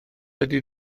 ydy